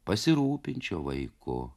pasirūpinčiau vaiku